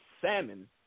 salmon